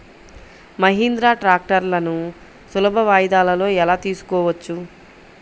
మహీంద్రా ట్రాక్టర్లను సులభ వాయిదాలలో ఎలా తీసుకోవచ్చు?